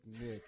Nick